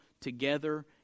together